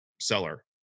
seller